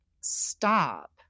stop